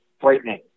frightening